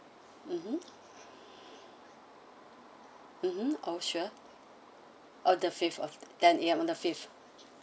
mmhmm mmhmm oh sure oh the fifth of ten A_M on the fifth